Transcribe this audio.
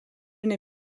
n’ai